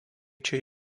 čia